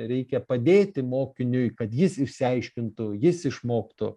reikia padėti mokiniui kad jis išsiaiškintų jis išmoktų